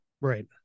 Right